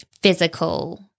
physical